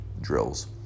drills